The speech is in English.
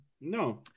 No